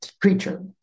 Creature